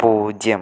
പൂജ്യം